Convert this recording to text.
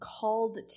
called